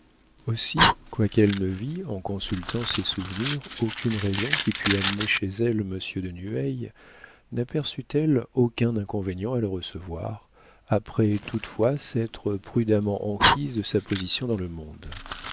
aussi quoiqu'elle ne vît en consultant ses souvenirs aucune raison qui pût amener chez elle monsieur de nueil naperçut elle aucun inconvénient à le recevoir après toutefois s'être prudemment enquise de sa position dans le monde